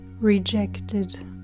Rejected